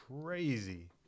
crazy